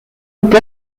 monde